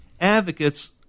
advocates